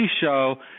show